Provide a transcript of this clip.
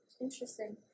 Interesting